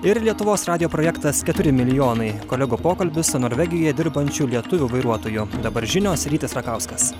ir lietuvos radijo projektas keturi milijonai kolegų pokalbiuse norvegijoje dirbančių lietuvių vairuotojų dabar žinios rytis rakauskas